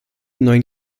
neuen